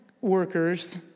workers